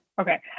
Okay